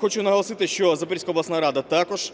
хочу наголосити, що Запорізька обласна рада також